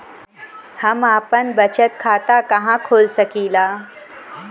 हम आपन बचत खाता कहा खोल सकीला?